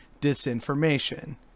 disinformation